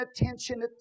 attention